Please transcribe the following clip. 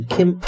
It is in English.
Kim